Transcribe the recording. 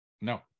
No